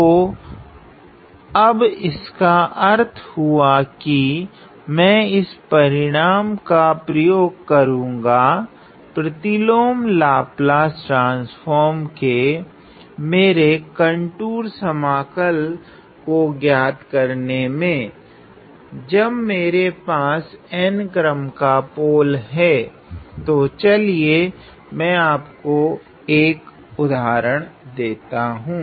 तो अब इसका अर्थ हुआ की तो मैं इस परिणाम का प्रयोग करुगा प्रतिलोम लाप्लस ट्रान्स्फ़ोर्म के मेरे कंटूर समाकल को ज्ञात करने मे जब मेरे पास n क्रम का पोल हैं तो चलिये मैं आपको एक उदाहरण देता हूँ